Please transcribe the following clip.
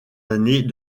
années